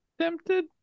tempted